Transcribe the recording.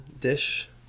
dish